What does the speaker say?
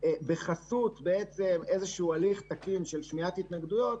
בחסות איזשהו הליך תקין של שמיעת התנגדויות